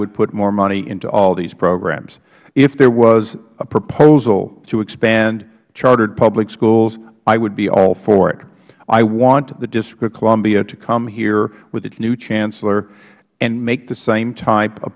would put more money into all these programs if there was a proposal to expand chartered public schools i would be all for it i want the district of columbia to come here with its new chancellor and make the same type of